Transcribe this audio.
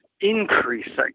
increasing